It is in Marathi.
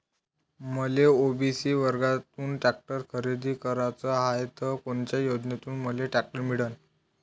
मले ओ.बी.सी वर्गातून टॅक्टर खरेदी कराचा हाये त कोनच्या योजनेतून मले टॅक्टर मिळन?